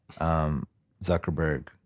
Zuckerberg